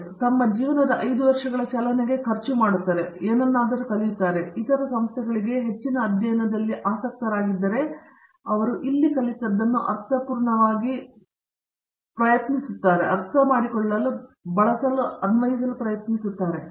ಇಲ್ಲಿ ಅವರು ತಮ್ಮ ಜೀವನದ 5 ವರ್ಷಗಳ ಚಲನೆಗೆ ಖರ್ಚು ಮಾಡುತ್ತಾರೆ ಮತ್ತು ಅವರು ಏನನ್ನಾದರೂ ಕಲಿಯುತ್ತಾರೆ ಮತ್ತು ಕೆಲವು ಇತರ ಸಂಸ್ಥೆಗಳಿಗೆ ಹೆಚ್ಚಿನ ಅಧ್ಯಯನದಲ್ಲಿ ಆಸಕ್ತರಾಗಿದ್ದರೆ ಅವರು ಇಲ್ಲಿ ಕಲಿತದ್ದನ್ನು ಅರ್ಥಪೂರ್ಣವಾಗಿ ಅರ್ಥಮಾಡಿಕೊಳ್ಳಲು ಪ್ರಯತ್ನಿಸುತ್ತಾರೆ